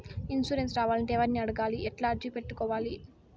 Insurance రావాలంటే ఎవర్ని అడగాలి? ఎట్లా అర్జీ పెట్టుకోవాలి?